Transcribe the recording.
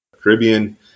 Caribbean